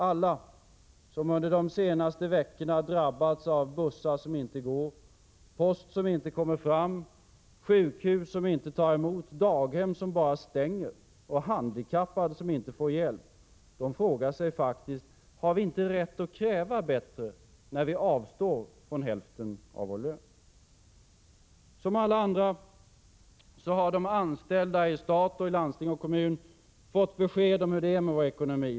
Alla som under de senaste veckorna drabbats av att bussar inte går, att post inte kommer fram, att sjukhus inte tar emot, att daghem bara stänger och som erfarit att handikappade inte får hjälp frågar sig faktiskt: Har vi inte rätt att kräva bättre service, när vi avstår från hälften av vår lön? Som alla andra har de anställda i stat, landsting och kommuner fått besked om hur det är med vår ekonomi.